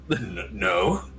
No